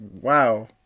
Wow